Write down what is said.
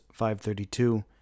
5.32